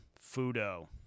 Fudo